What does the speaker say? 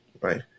right